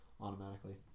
automatically